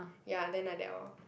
ya then like that lor